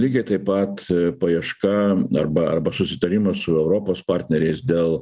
lygiai taip pat paieška arba arba susitarimas su europos partneriais dėl